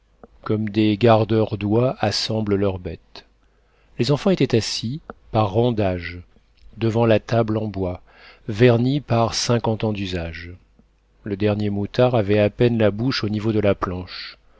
comme des gardeurs d'oies assemblent leurs bêtes les enfants étaient assis par rang d'âge devant la table en bois vernie par cinquante ans d'usage le dernier moutard avait à peine la bouche au niveau de la planche